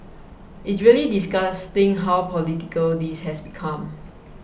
it's really disgusting how political this has become